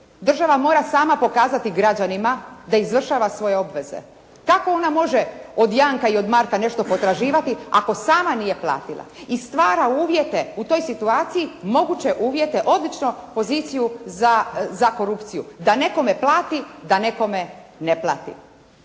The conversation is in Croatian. Država mora sama pokazati građanima da izvršava svoje obveze. Kako ona može od Janka i od Marka nešto potraživati ako sama nije platila i stvara uvjete u toj situaciji, moguće uvjete, odlično poziciju za korupciju da nekome plati, da nekome ne plati.